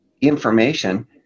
information